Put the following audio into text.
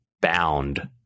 bound